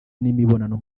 n’imibonano